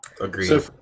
Agreed